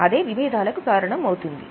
అదే విభేదాలకు కారణం అవుతుంది